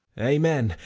amen,